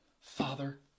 Father